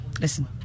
Listen